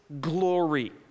glory